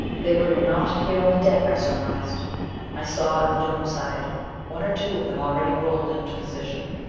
they were to be mounted here on the deck, i surmised i saw in the dome side one or two of them already rolled into position.